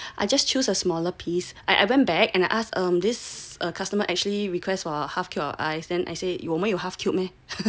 I just choose a smaller piece I I went back and I asked um this customer actually request for a half cube of ice then I say 我们有 half cube meh